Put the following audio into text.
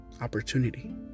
opportunity